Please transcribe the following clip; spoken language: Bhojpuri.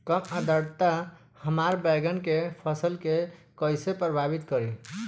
कम आद्रता हमार बैगन के फसल के कइसे प्रभावित करी?